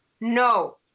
No